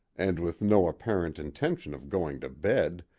and with no apparent intention of going to bed,